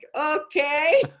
okay